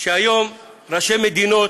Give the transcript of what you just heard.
שהיום ראשי מדינות,